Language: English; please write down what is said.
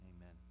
amen